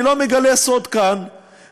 אני לא מגלה סוד כאן,